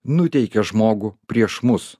nuteikia žmogų prieš mus